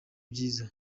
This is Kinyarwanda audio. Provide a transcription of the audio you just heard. byiza